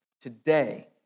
today